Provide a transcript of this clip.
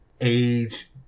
age